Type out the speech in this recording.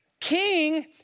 king